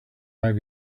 might